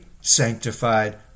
sanctified